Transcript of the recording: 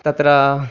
तत्र